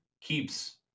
keeps